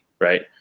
Right